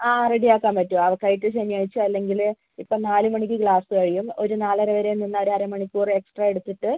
ആ റെഡി ആക്കാൻ പറ്റും അവൾക്ക് ആയിട്ട് ശനിയാഴ്ചയോ അല്ലെങ്കിൽ ഇപ്പം നാല് മണിക്ക് ക്ലാസ് കഴിയും ഒരു നാലര വരെ നിന്നാൽ ഒരു അരമണിക്കൂർ എക്സ്ട്രാ എടുത്തിട്ട്